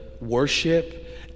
worship